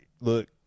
Look